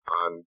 on